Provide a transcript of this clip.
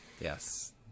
Yes